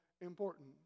important